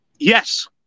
Yes